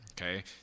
Okay